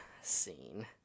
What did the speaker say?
scene